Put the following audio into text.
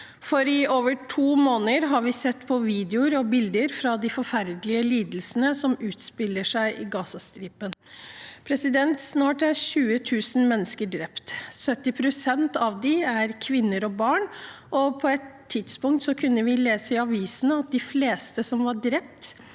for i over to måneder har vi sett på videoer og bilder fra de forferdelige lidelsene som utspiller seg på Gazastripen. Snart er 20 000 mennesker drept. 70 pst. av dem er kvinner og barn, og på et tidspunkt kunne vi lese i avisene at de fleste som var drept,